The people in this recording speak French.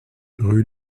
rue